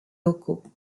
locaux